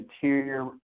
interior